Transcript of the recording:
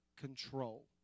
control